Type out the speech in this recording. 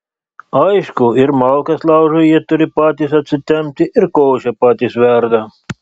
aišku ir malkas laužui jie turi patys atsitempti ir košę patys verda